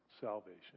salvation